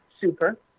super